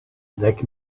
dek